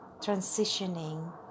transitioning